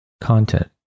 content